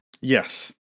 yes